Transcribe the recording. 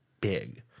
big